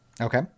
Okay